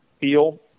feel